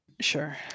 Sure